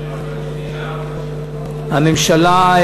הממשלה,